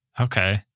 Okay